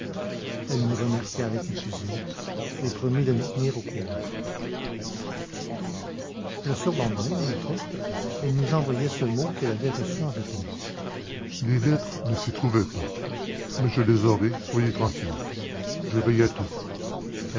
elle nous remercia avec effusion et promit de nous tenir au courant le surlendemain en effet elle nous envoyait ce mot qu'elle avait reçu en réponse les lettres ne s'y trouvaient pas mais je les aurai soyez tranquille je veille à tout